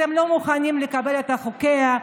אתם לא מוכנים לקבל את חוקיה,